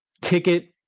ticket